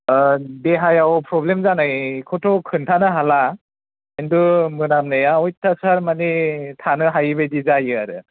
देहायाव प्रब्लेम जानायखौथ' खोन्थानो हाला किन्तु मोनामनाया अत्यासार माने थानो हायिबायदि जायो आरो